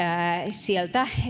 sieltä